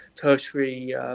tertiary